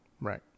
Right